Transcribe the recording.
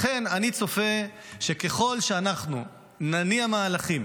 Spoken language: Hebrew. לכן אני צופה שככל שאנחנו נניע מהלכים,